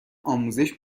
آموزش